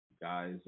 guys